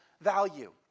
value